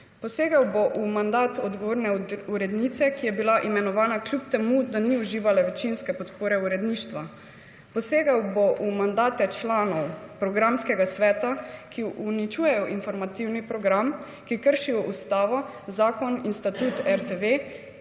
Posegel bo v mandat odgovorne urednice, ki je bila imenovana, kljub temu da ni uživala večinske podpore uredništva. Posegel bo v mandate članov programskega sveta, ki uničujejo informativni program, ki kršijo Ustavo, Zakon in Statut RTV